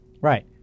Right